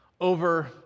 over